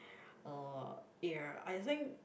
uh ya I think